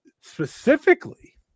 specifically